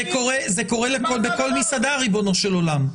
זה קורה בכל מסעדה, ריבונו של עולם.